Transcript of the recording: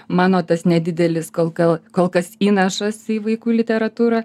mano tas nedidelis kol kas kol kas įnašas į vaikų literatūrą